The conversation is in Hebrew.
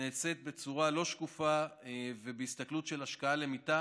נעשית בצורה לא שקופה, ובהסתכלות של השקעה למיטה